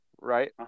Right